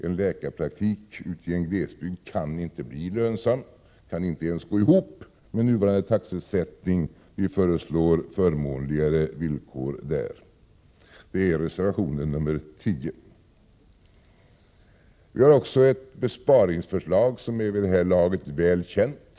En läkarpraktik ute i en glesbygd kan inte bli lönsam, den kan inte ens gå ihop med nuvarande taxesättning. Vi föreslår därför i reservation 10 förmånligare villkor på den punkten. Vi har också ett besparingsförslag som vid det här laget är väl känt.